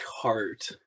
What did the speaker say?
cart